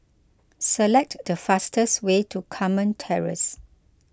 select the fastest way to Carmen Terrace